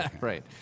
Right